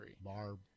barb